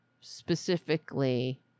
specifically